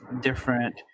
different